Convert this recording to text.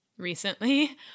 recently